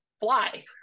fly